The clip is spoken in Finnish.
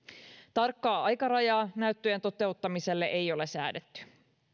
tarkkaa aikarajaa näyttöjen toteuttamiselle ei ole säädetty